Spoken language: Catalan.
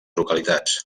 localitats